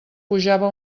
pujava